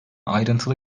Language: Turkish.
ayrıntılı